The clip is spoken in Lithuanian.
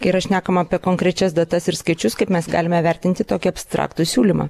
kai yra šnekama apie konkrečias datas ir skaičius kaip mes galime vertinti tokį abstraktų siūlymą